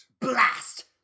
Blast